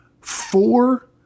four